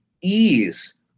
ease